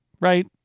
right